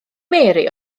mary